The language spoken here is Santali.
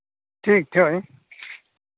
ᱴᱷᱤᱠ ᱦᱳᱭ